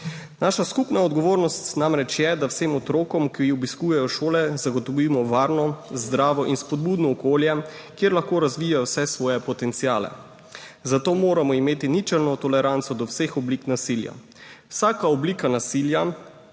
Naša skupna odgovornost namreč je, da vsem otrokom, ki obiskujejo šole, zagotovimo varno, zdravo in spodbudno okolje, kjer lahko razvijajo vse svoje potenciale. Zato moramo imeti ničelno toleranco do vseh oblik nasilja. Vsaka oblika nasilja